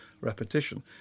repetition